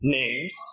names